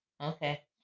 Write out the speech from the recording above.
Okay